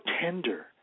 tender